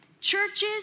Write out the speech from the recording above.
churches